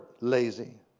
lazy